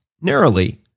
Narrowly